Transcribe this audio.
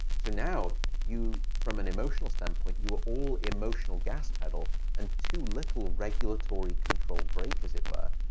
so now you, from an emotional standpoint, you were all emotional gas pedal and too little regulatory control brake as it were.